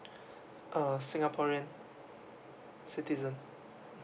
uh singaporean citizen